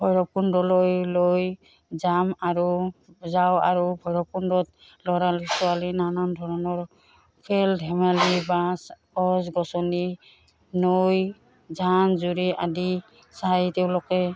ভৈৰৱকুণ্ডলৈ লৈ যাম আৰু যাওঁ আৰু ভৈৰৱকুণ্ডত ল'ৰা ছোৱালী নানান ধৰণৰ খেল ধেমালি বাছ গছ গছনি নৈ জান জুৰি আদি চাই তেওঁলোকে